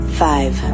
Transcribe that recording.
five